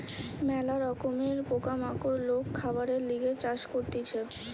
ম্যালা রকমের পোকা মাকড় লোক খাবারের লিগে চাষ করতিছে